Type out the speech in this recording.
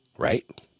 Right